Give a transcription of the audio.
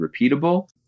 repeatable